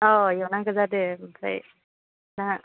अ बेयाव नांगौ जादों ओमफ्राय दा